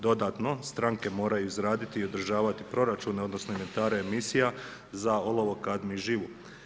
Dodatno, stranke moraju izraditi i održavati proračune, odnosno, inventare emisije za olovu, kadmiju i živu.